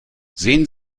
sehen